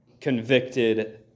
convicted